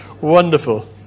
Wonderful